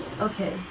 Okay